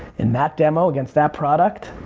and that demo against that product.